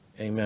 amen